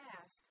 ask